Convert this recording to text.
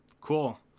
Cool